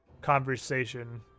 conversation